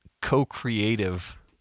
co-creative